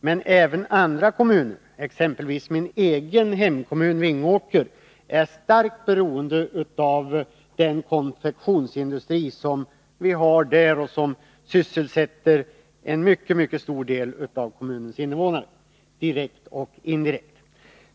Men även i andra kommuner är man starkt beroende av konfektionsindustrin, exempelvis i min egen hemkommun Vingåker, där teko direkt och indirekt sysselsätter en mycket stor del av kommunens invånare.